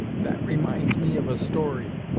that reminds me of a story,